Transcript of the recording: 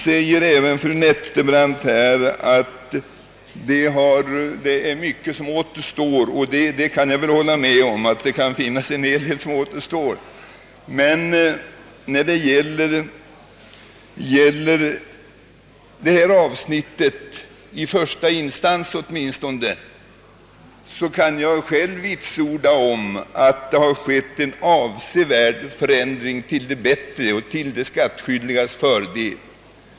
Fru Nettelbrandt säger att det är mycket som återstår att göra i dessa hänseenden, och det kan jag i viss mån hålla med om. Men åtminstone vad beträffar handläggningen i första instans kan jag själv vitsorda, att det har skett en avsevärd förändring till de skattskyldigas fördel.